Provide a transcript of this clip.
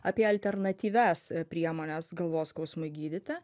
apie alternatyvias priemones galvos skausmui gydyti